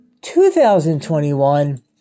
2021